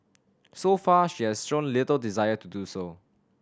so far she has shown little desire to do so